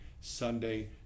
Sunday